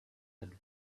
had